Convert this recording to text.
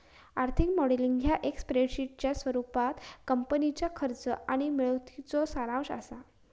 आर्थिक मॉडेलिंग ह्या एक स्प्रेडशीटच्या स्वरूपात कंपनीच्या खर्च आणि मिळकतीचो सारांश असा